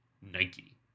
Nike